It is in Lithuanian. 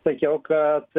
sakiau kad